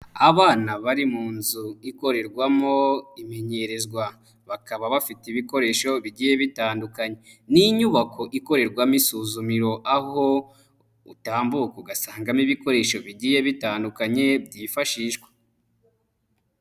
Abana bari mu nzu ikorerwamo imenyerezwa bakaba bafite ibikoresho bigiye bitandukanye, ni inyubako ikorerwamo isuzumiro aho utambuka ugasangamo ibikoresho bigiye bitandukanye byifashishwa.